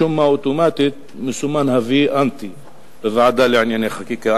משום מה אוטומטית מסומן ה"וי" אנטי בוועדה לענייני חקיקה.